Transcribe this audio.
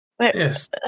Yes